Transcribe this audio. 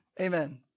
Amen